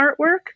artwork